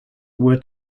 were